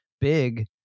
big